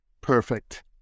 perfect